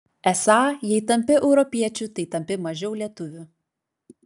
esą jei tampi europiečiu tai tampi mažiau lietuviu